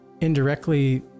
indirectly